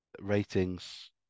ratings